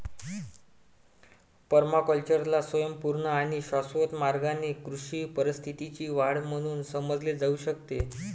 पर्माकल्चरला स्वयंपूर्ण आणि शाश्वत मार्गाने कृषी परिसंस्थेची वाढ म्हणून समजले जाऊ शकते